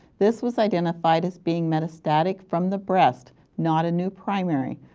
this was identified as being metastatic from the breast, not a new primary.